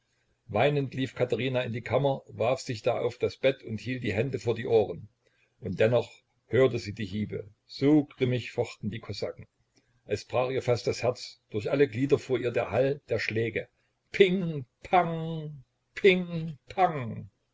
weinend lief katherina in die kammer warf sich da auf das bett und hielt die hände vor die ohren und dennoch hörte sie die hiebe so grimmig fochten die kosaken es brach ihr fast das herz durch alle glieder fuhr ihr der hall der schläge ping